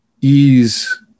ease